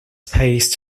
space